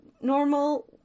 normal